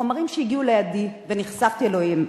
מחומרים שהגיעו לידי ונחשפתי אליהם,